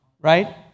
right